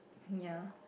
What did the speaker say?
ya